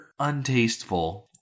untasteful